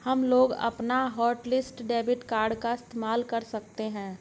हमलोग अपना hotlist debit card का इस्तेमाल कर सकते हैं